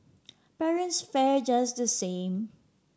parents fare just the same